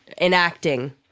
enacting